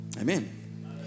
Amen